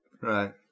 Right